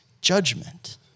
judgment